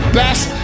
best